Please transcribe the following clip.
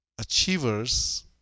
achievers